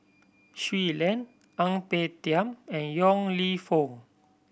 Shui Lan Ang Peng Tiam and Yong Lew Foong